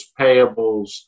payables